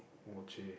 oh !chey!